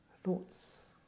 thoughts